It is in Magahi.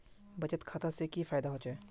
बचत खाता से की फायदा होचे?